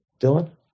Dylan